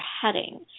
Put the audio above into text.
heading